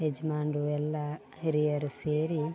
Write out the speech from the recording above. ಯಜ್ಮಾನ್ರು ಎಲ್ಲ ಹಿರಿಯರು ಸೇರಿ